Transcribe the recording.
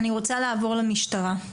אני רוצה לעבור למשטרה,